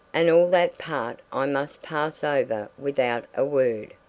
and all that part i must pass over without a word.